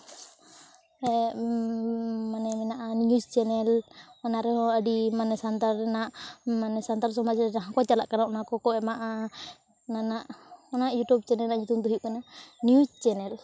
ᱢᱟᱱᱮ ᱢᱮᱱᱟᱜᱼᱟ news channel ᱚᱱᱟ ᱨᱮᱦᱚᱸ ᱟᱹᱰᱤ ᱢᱟᱱᱮ ᱥᱟᱱᱛᱟᱲ ᱨᱮᱱᱟᱜ ᱢᱟᱱᱮ ᱥᱟᱱᱛᱟᱲ ᱥᱚᱢᱟᱡᱽ ᱨᱮ ᱡᱟᱦᱟᱸ ᱠᱚ ᱪᱟᱞᱟᱜ ᱠᱟᱱᱟ ᱚᱱᱟ ᱠᱚᱠᱚ ᱮᱢᱟᱜᱼᱟ ᱢᱟᱱᱟᱜ ᱚᱱᱟ ᱤᱭᱩᱴᱩᱵᱽ ᱪᱮᱱᱮᱞ ᱨᱮᱱᱟᱜ ᱧᱩᱛᱩᱢ ᱫᱚ ᱦᱩᱭᱩᱜ ᱠᱟᱱᱟ ᱱᱤᱭᱩᱡᱽ ᱪᱮᱱᱮᱞ